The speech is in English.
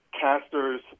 casters